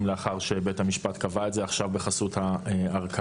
לאחר שבית המשפט קבע את זה עכשיו בחסות הארכה.